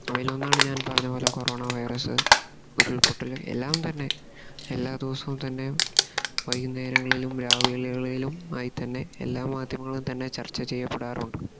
അവയിലൊന്നാണ് ഞാൻ പറഞ്ഞ പോലെ കൊറോണ വൈറസ് ഉരുൾപൊട്ടല് എല്ലാം തന്നെ എല്ലാ ദിവസവും തന്നെ വൈകുന്നേരങ്ങളിലും രാവിലകളിലും ആയിത്തന്നെ എല്ലാ മാധ്യമങ്ങളും തന്നെ ചർച്ച ചെയ്യപ്പെടാറുണ്ട്